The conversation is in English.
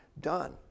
done